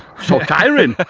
so tiring